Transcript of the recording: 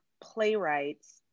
playwrights